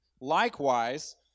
Likewise